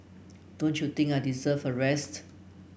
don't you think I deserve a rest